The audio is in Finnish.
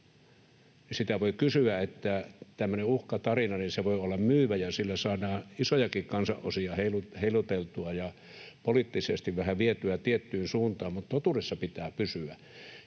aariakaan. Tämmöinen uhkatarina voi olla myyvä, ja sillä saadaan isojakin kansanosia heiluteltua ja poliittisesti vähän vietyä tiettyyn suuntaan, mutta totuudessa pitää pysyä.